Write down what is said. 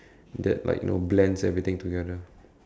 that like you know blends everything together